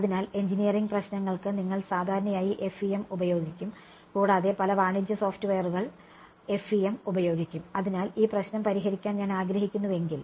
അതിനാൽ എഞ്ചിനീയറിംഗ് പ്രശ്നങ്ങൾക്ക് നിങ്ങൾ സാധാരണയായി FEM ഉപയോഗിക്കും കൂടാതെ പല വാണിജ്യ സോഫ്റ്റ് വെയറുകൾ FEM ഉപയോഗിക്കും അതിനാൽ ഈ പ്രശ്നം പരിഹരിക്കാൻ ഞാൻ ആഗ്രഹിക്കുന്നുവെങ്കിൽ